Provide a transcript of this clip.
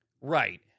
right